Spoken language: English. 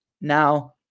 Now